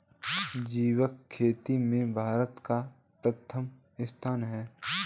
जैविक खेती में भारत का प्रथम स्थान है